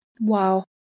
Wow